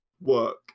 work